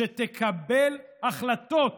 שתקבל החלטות